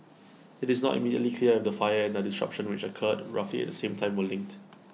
IT is not immediately clear if the fire and the disruption which occurred roughly at the same time were linked